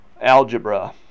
algebra